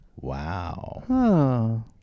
Wow